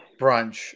brunch